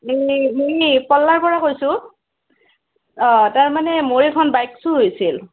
এই মই পাল্লাৰ পৰা কৈছো অ' তাৰমানে মই এখন বাইক চোৰ হৈছিল